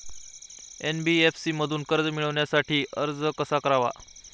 NBFC मधून कर्ज मिळवण्यासाठी अर्ज कसा करावा?